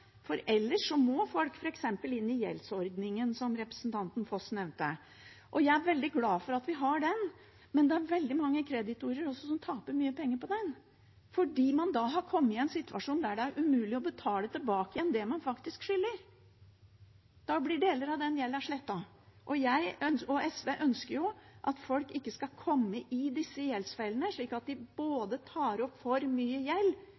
men det er veldig mange kreditorer også som taper mye penger på den, fordi man har kommet i en situasjon der det er umulig å betale tilbake igjen det man faktisk skylder. Da blir deler av gjelda slettet. Jeg og SV ønsker at folk ikke skal komme i disse gjeldsfellene, og at de tar opp for mye gjeld